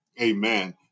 Amen